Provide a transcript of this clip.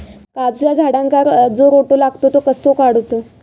काजूच्या झाडांका जो रोटो लागता तो कसो काडुचो?